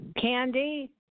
Candy